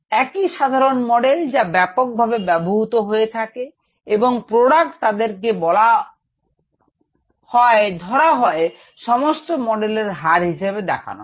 একই সাধারণ মডেল যা ব্যাপকভাবে ব্যবহৃত হয়ে থাকে এবং প্রোডাক্ট তাদেরকে বলা হয় ধরা হয় সমস্ত মডেলের হার হিসেবে দেখানো হয়